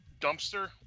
dumpster